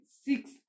six